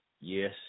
yes